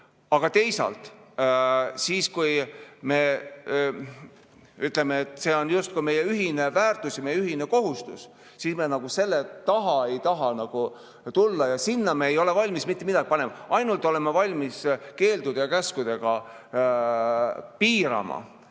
Aga teisalt, kui me ütleme, et see on justkui meie ühine väärtus ja meie ühine kohustus, siis me nagu selle taha ei taha tulla. Me ei ole valmis sinna mitte midagi panema, ainult oleme valmis keeldude ja käskudega piirama